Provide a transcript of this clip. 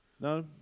No